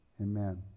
amen